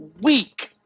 week